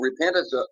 Repentance